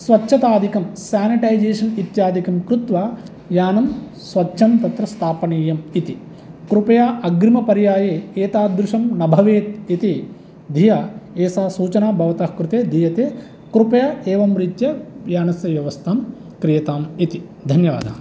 स्वच्छतादिकं sanitization इत्यादिकं कृत्वा यानं स्वच्छं तत्र स्थापणीयम् इति कृपया अग्रिमपर्याये एतादृशं न भवेत् इति धिया एषा सूचना भवतः कृते दीयते कृपया एवं रीत्या यानस्य व्यवस्थां क्रियताम् इति धन्यवादः